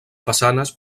façanes